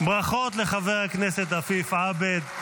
ברכות לחבר הכנסת עפיף עבד.